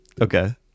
okay